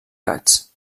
gats